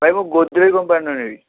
ଭାଇ ମୁଁ ଗୋଦରେଜ୍ କମ୍ପାନୀର ନେବି